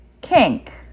kink